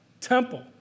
temple